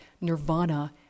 nirvana